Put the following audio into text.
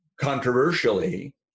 controversially